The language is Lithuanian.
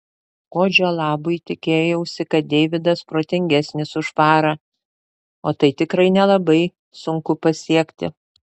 kodžio labui tikėjausi kad deividas protingesnis už farą o tai tikrai nelabai sunku pasiekti